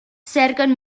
cerquen